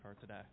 today